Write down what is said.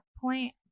point